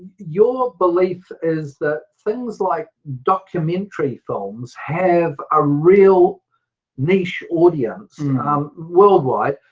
your belief is that things like documentary films have a real niche audience um worldwide,